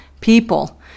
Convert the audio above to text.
people